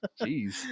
Jeez